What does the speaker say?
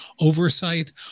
oversight